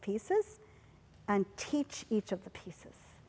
pieces and teach each of the pieces